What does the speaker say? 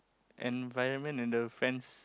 environment and the friends